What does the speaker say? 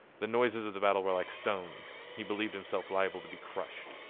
the noises of the battle were like stones he believed himself liable to be crushed.